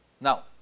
Now